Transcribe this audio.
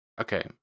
Okay